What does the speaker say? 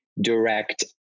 direct